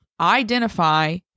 identify